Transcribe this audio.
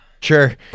Sure